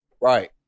Right